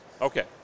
Okay